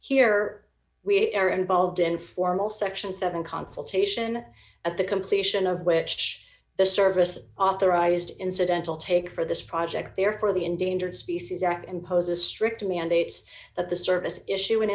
here we are involved in formal section seven consultation of the completion of which the service is authorized incidental take for this project therefore the endangered species act imposes strict mandates that the service issue an